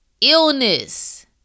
illness